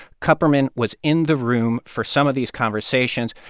kupperman was in the room for some of these conversations.